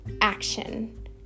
action